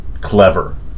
clever